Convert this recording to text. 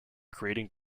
creating